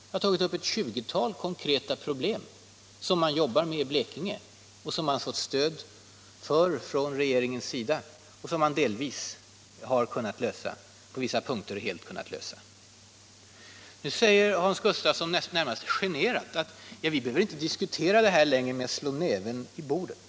Jag har tagit upp ett tjugotal konkreta problem som man jobbar med i Blekinge, som regeringen gett stöd till och som man delvis — på vissa punkter helt — kunnat lösa. Nu säger Hans Gustafsson närmast generad: Vi behöver inte diskutera det här längre med att ”slå näven i bordet”.